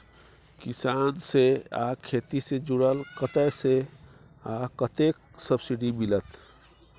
किसान से आ खेती से जुरल कतय से आ कतेक सबसिडी मिलत?